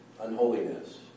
unholiness